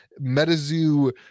MetaZoo